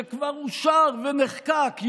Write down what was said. שכבר אושר ונחקק,